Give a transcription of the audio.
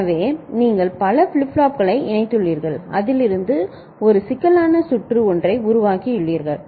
எனவே நீங்கள் பல ஃபிளிப் ஃப்ளாப்புகளை இணைத்துள்ளீர்கள் அதிலிருந்து ஒரு சிக்கலான சுற்று ஒன்றை உருவாக்கியுள்ளீர்கள்